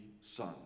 Son